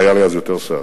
והיה לי אז יותר שיער,